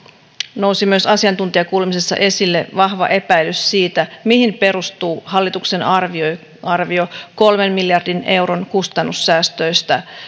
nousi myös asiantuntijakuulemisessa esille vahva epäilys siitä mihin perustuu hallituksen arvio kolmen miljardin kustannussäästöistä